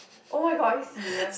[oh]-my-god are you serious